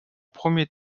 premier